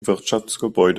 wirtschaftsgebäude